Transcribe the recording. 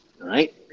right